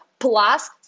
Plus